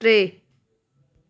टे